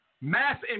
mass